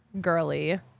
girly